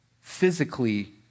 Physically